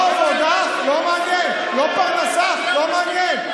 לא פרנסה, לא מעניין.